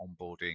onboarding